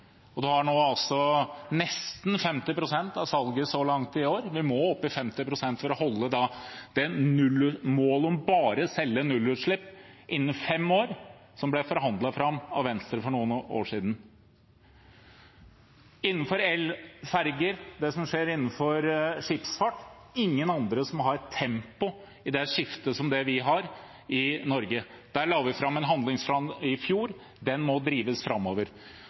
og det utgjør nesten 50 pst. av salget så langt i år. Vi må opp i 50 pst. for å nå målet om bare å selge nullutslippsbiler innen fem år, som ble forhandlet fram av Venstre for noen år siden. Når det gjelder elferger, det som skjer innenfor skipsfart, er det ingen andre som har et slikt tempo i det skiftet som det vi har i Norge. Vi la fram en handlingsplan i fjor. Den må drives framover.